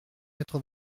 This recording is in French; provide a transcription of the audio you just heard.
quatre